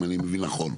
אם אני מבין נכון.